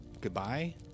goodbye